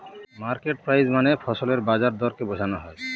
market price মানে ফসলের বাজার দরকে বোঝনো হয়